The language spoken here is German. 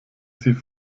sie